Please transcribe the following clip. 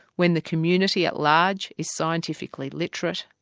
when the community at large is scientifically literate,